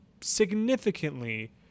significantly